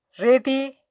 ready